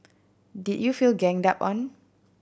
did you feel ganged up on